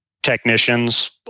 technicians